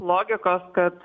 logikos kad